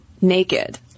naked